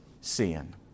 sin